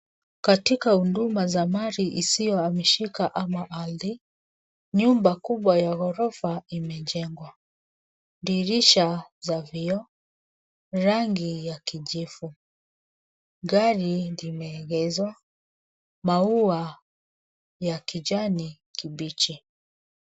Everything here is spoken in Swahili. Katika huduma za mali isiyohamishika ama ardhi nyumba kubwa ya ghorofa imejengwa, dirisha ya vioo, rangi ya kijivu. Gari limeegeshwa. Maua ya kijani kibichi.